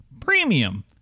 Premium